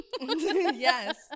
Yes